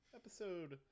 episode